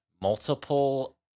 multiple